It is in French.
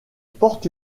porte